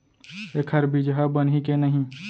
एखर बीजहा बनही के नहीं?